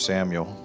Samuel